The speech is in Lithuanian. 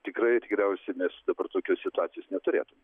tikrai tikriausiai mes dabar tokios situacijos neturėtumėm